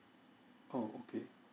oh okay